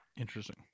Interesting